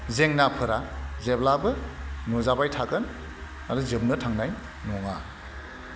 जेंनाफोरा जेब्लाबो नुजाबाय थागोन आरो जोबनो थानाय नङा